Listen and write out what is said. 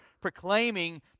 proclaiming